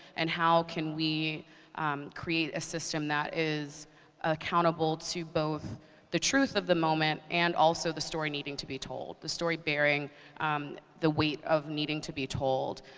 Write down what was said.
and how can we create a system that is accountable to both the truth of the moment and also the story needing to be told the story bearing um the weight of needing to be told?